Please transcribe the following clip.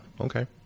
okay